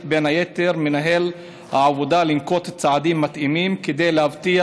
בין היתר מנהל העבודה לנקוט צעדים מתאימים כדי להבטיח